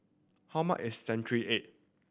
how much is century egg